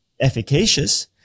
efficacious